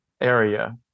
area